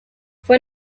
fue